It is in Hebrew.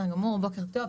בוקר טוב.